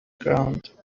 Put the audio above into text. ground